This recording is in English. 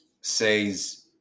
says